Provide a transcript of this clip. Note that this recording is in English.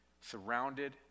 surrounded